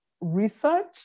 research